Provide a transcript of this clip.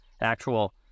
actual